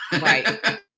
Right